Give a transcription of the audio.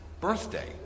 birthday